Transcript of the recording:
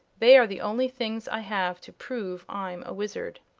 they are the only things i have to prove i'm a wizard.